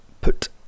put